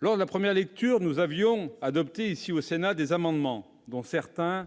texte en première lecture, nous avons adopté des amendements, dont certains